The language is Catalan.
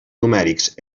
numèrics